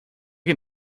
can